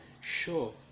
sure